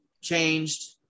changed